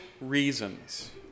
reasons